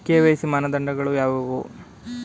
KYC ಮಾನದಂಡಗಳು ಯಾವುವು?